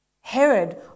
Herod